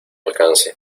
alcance